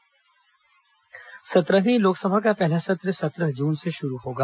संसद सत्र सत्रहवीं लोकसभा का पहला सत्र सत्रह जून से शुरू होगा